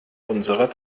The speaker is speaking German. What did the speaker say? unserer